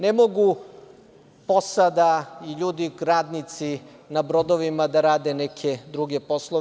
Ne može posada i ljudi, radnici na brodovima da rade neke druge poslove.